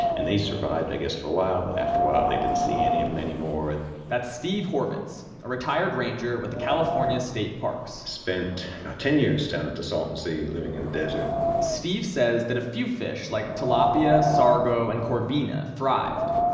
and they survived i guess for a while, but after a while they didn't see any of them anymore that's steve horvitz, a retired ranger with the california state parks spent about ah ten years down at the salton sea, living in a desert steve says that a few fish like tilapia, sargo and corvina thrived.